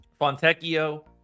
Fontecchio